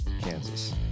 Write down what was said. Kansas